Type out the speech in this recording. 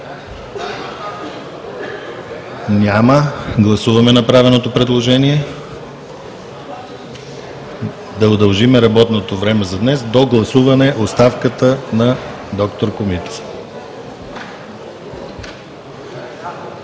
Няма. Гласуваме направеното предложение да удължим работното време за днес до гласуване оставката на д-р Комитов.